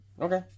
Okay